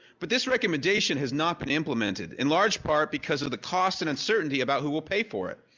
but this recommendation has not been implemented, in large part, because of the cost and uncertainty about who will pay for it.